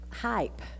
hype